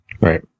Right